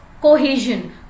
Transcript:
cohesion